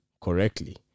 correctly